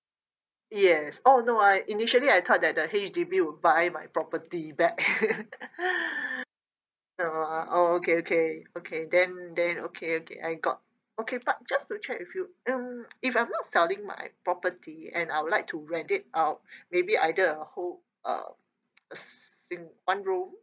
yes oh no I initially I thought that the H_D_B would buy my property back no ah oh okay okay okay then then okay okay I got okay but just to check with you um if I'm not selling my property and I would like to rent it out maybe either a whole uh sing~ one room